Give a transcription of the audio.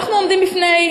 אנחנו עומדים בפני,